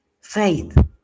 Faith